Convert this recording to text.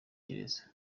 gereza